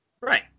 Right